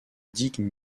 digues